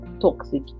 toxic